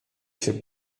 się